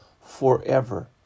forever